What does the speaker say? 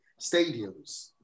stadiums